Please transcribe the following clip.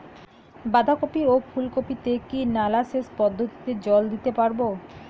বাধা কপি ও ফুল কপি তে কি নালা সেচ পদ্ধতিতে জল দিতে পারবো?